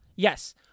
Yes